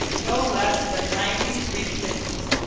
no less than ninety-three kittens,